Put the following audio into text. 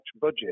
budget